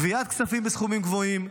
גביית כספים בסכומים גבוהים,